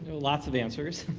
lots of answers.